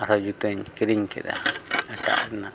ᱟᱨᱦᱚᱸ ᱡᱩᱛᱟᱹᱧ ᱠᱤᱨᱤᱧ ᱠᱮᱫᱟ ᱮᱴᱟᱜ ᱨᱮᱱᱟᱜ